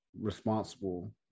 responsible